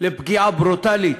לפגיעה ברוטלית,